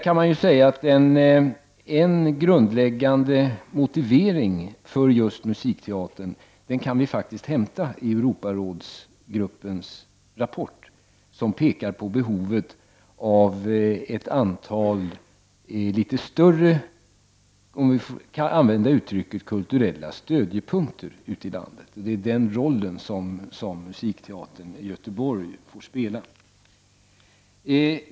En grundläggande motivering för just musikteatern kan vi faktiskt hämta i Europarådsgruppens rapport, som pekar på behovet av ett antal litet större ”kulturella stödjepunkter” ute i landet. Det är den rollen som musikteatern i Göteborg får spela.